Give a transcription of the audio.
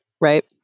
right